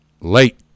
Late